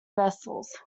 vessels